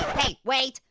hey. wait.